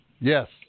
Yes